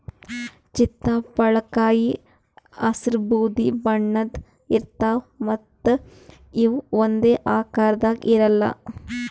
ಚಿತ್ತಪಳಕಾಯಿ ಹಸ್ರ್ ಬೂದಿ ಬಣ್ಣದ್ ಇರ್ತವ್ ಮತ್ತ್ ಇವ್ ಒಂದೇ ಆಕಾರದಾಗ್ ಇರಲ್ಲ್